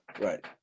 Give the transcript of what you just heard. Right